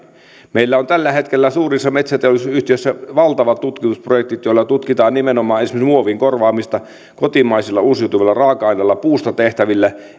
meillä on tällä hetkellä suurissa metsäteollisuusyhtiöissä valtavat tutkimusprojektit joilla tutkitaan nimenomaan esimerkiksi muovin korvaamista kotimaisilla uusiutuvilla raaka aineilla puusta tehtävillä